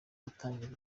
hatangira